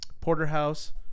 porterhouse